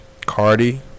Cardi